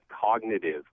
cognitive